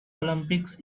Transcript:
olympics